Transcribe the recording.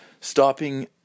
stopping